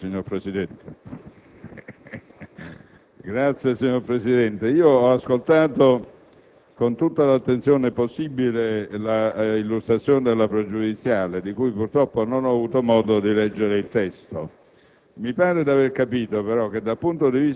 Ne ha facoltà. VILLONE *(Ulivo)*. Signor Presidente, ho ascoltato con tutta l'attenzione possibile l'illustrazione della pregiudiziale, di cui, purtroppo, non ho avuto modo di leggere il testo.